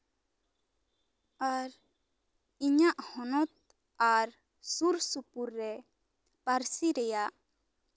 ᱟᱨ ᱤᱧᱟᱹᱜ ᱦᱚᱱᱚᱛ ᱟᱨ ᱥᱩᱨ ᱥᱩᱯᱩᱨ ᱨᱮ ᱯᱟᱹᱨᱥᱤ ᱨᱮᱭᱟᱜ